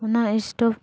ᱚᱱᱟ ᱤᱥᱴᱳᱯ